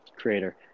creator